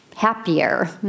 happier